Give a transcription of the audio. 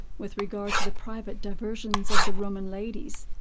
with regard to the private diversions of the roman ladies,